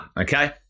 okay